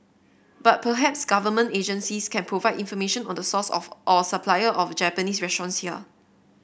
but perhaps government agencies can provide information on the source of or supplier of Japanese restaurants here